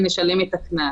נשלם את הקנס.